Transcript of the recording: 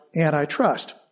antitrust